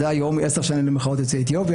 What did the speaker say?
זה עשר שנים למחאות יוצאי אתיופיה,